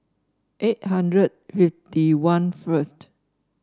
eight hundred fifty one first